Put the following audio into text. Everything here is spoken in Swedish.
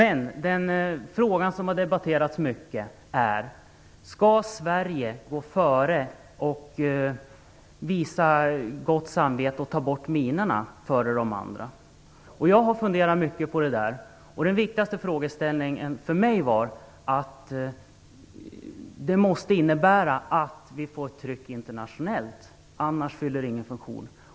En fråga som har debatterats mycket är om Sverige skall gå före och visa sitt samvete och ta bort minorna före alla andra. Jag har funderat mycket på det. Det viktigaste för mig var att detta måste innebära att vi får ett tryck internationellt. Annars fyller det ingen funktion.